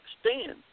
stand